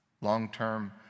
Long-term